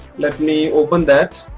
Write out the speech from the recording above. let me open that.